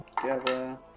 together